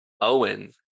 owen